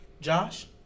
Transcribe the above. Josh